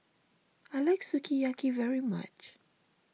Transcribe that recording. I like Sukiyaki very much